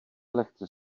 lehce